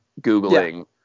Googling